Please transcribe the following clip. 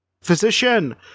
Physician